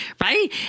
right